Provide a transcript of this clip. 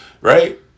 Right